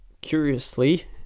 Curiously